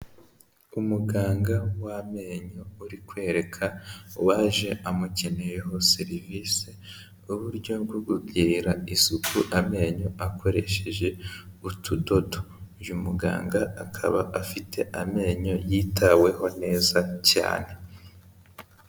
Umuganga wamenyo uri kwereka uwaje amukeneyeho serivise uburyo bwo kugira isuku amenyo akoresheje utudodo, uyu muganga akaba afite amenyo yitaweho neza cyane.